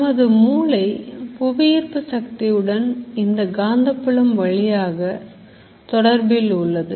நமது மூளை புவியீர்ப்பு சக்தி உடன் இந்த காந்தப்புலம் வழியாக தொடர்பில் உள்ளது